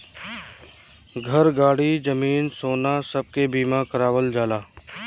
घर, गाड़ी, जमीन, सोना सब के बीमा करावल जाला